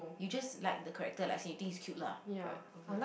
you just like the character like as in you think it's cute lah right okay